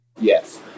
Yes